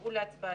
שיובאו להצבעתה".